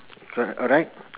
correct